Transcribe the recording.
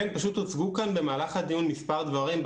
פשוט הוצגו כאן במהלך הדיון מספר דברים,